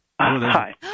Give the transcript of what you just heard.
Hi